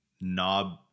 knob